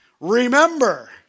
Remember